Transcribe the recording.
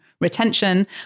retention